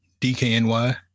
DKNY